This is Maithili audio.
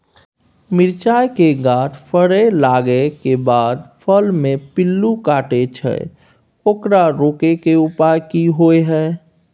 मिरचाय के गाछ फरय लागे के बाद फल में पिल्लू काटे छै ओकरा रोके के उपाय कि होय है?